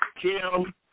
Kim